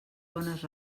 bones